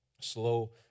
slow